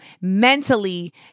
mentally